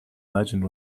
legend